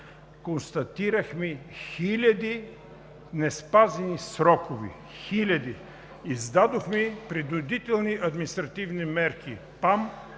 Констатирахме хиляди неспазени срокове. Хиляди! Издадохме принудителни административни мерки,